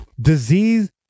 disease